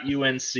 UNC